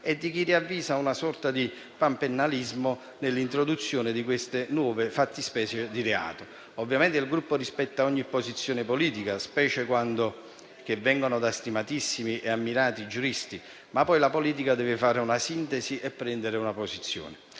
di chi ravvisa invece una sorta di panpenalismo nell'introduzione di queste nuove fattispecie di reato. Ovviamente il Gruppo rispetta ogni posizione politica, specie quando arriva da stimatissimi e ammirati giuristi, ma poi la politica deve operare una sintesi e prendere una posizione.